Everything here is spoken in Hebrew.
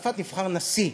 בצרפת נבחר נשיא,